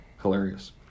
Hilarious